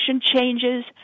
changes